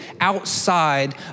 outside